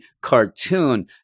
cartoon